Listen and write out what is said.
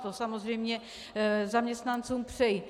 To samozřejmě zaměstnancům přeji.